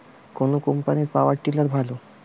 কোন কম্পানির power tiller ভালো?